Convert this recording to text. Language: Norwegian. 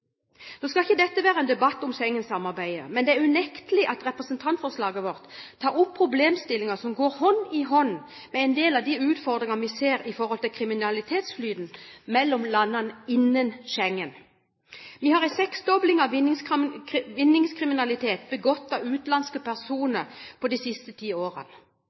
Nå skal ikke dette være en debatt om Schengen-samarbeidet, men det er unektelig at representantforslaget vårt tar opp problemstillinger som går hånd i hånd med en del av de utfordringene vi ser ved kriminalitetsflyten mellom landene innen Schengen. Vi har sett en seksdobling av vinningskriminalitet begått av utenlandske personer de siste ti årene.